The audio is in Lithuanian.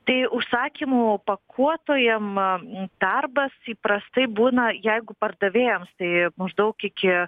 tai užsakymų pakuotojam darbas įprastai būna jeigu pardavėjams tai maždaug iki